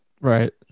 right